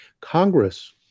Congress